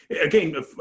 again